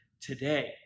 today